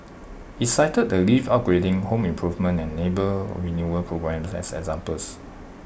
he cited the lift upgrading home improvement and neighbour renewal programmes as examples